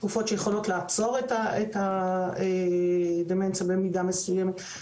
שיכולות לעצור את הדמנציה, במידה מסוימת.